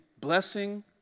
blessing